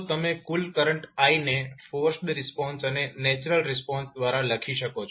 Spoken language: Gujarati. તો તમે કુલ કરંટ i ને ફોર્સ્ડ રિસ્પોન્સ અને નેચરલ રિસ્પોન્સ દ્વારા લખી શકો છો